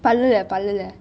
பல்லு:pallu leh